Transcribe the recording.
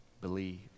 believe